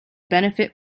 benefit